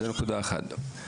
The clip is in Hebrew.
זו נקודה אחת.